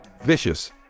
vicious